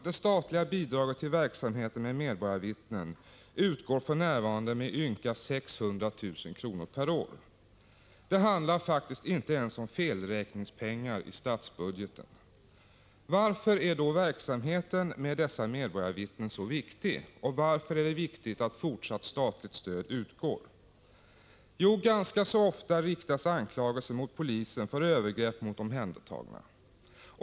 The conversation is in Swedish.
Det statliga bidraget till verksamheten med medborgarvittnen utgår för närvarande med ynka 600 000 kr. per år. Det handlar faktiskt inte ens om felräkningspengar i statsbudgeten. Varför är då verksamheten med dessa medborgarvittnen så viktig? Och varför är det viktigt att fortsatt statligt stöd utgår? Ganska ofta riktas anklagelser mot polisen för övergrepp mot omhändertagna.